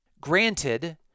Granted